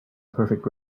perfect